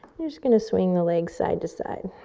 you're just gonna swing the legs side to side.